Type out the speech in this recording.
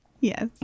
Yes